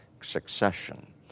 succession